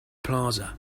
plaza